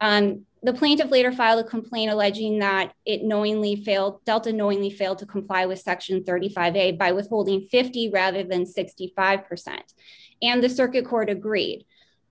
and the plaintiff later file a complaint alleging that it knowingly failed delta knowing they failed to comply with section thirty five day by withholding fifty rather than sixty five percent and the circuit court agreed